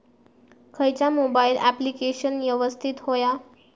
खयचा mobile application यवस्तित होया?